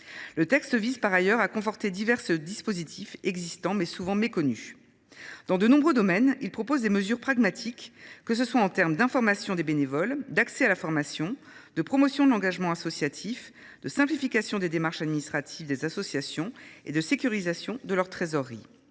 Le texte vise par ailleurs à conforter divers dispositifs existants, mais souvent méconnus. Dans de nombreux domaines, il propose des mesures pragmatiques, que ce soit en termes d’information des bénévoles, d’accès à la formation, de promotion de l’engagement associatif, de simplification des démarches administratives des associations ou de sécurisation de leur trésorerie.